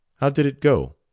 how did it go?